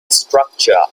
structures